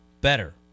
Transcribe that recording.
better